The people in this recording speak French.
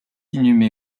inhumé